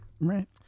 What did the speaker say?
Right